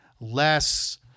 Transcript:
less